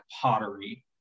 pottery